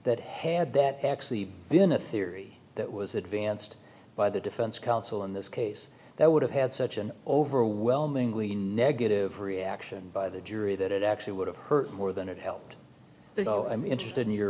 that had that actually been a theory that was advanced by the defense counsel in this case that would have had such an overwhelmingly negative reaction by the jury that it actually would have hurt more than it helped though i'm interested in your